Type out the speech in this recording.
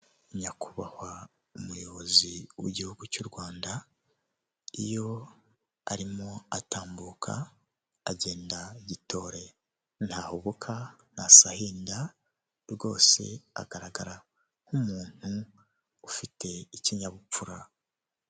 Nyakubahwa umuyobozi w'igihugu cy'u Rwanda, iyo arimo atambuka, agenda gitore. Ntahubuka, ntasahinda, rwose agaragara nk'umuntu ufite ikinyabupfura.